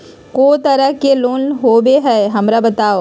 को तरह के लोन होवे हय, हमरा बताबो?